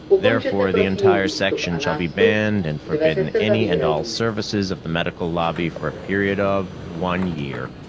therefore the entire section shall be banned and forbidden any and all services of the medical lobby for a period of one year.